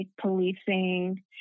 policing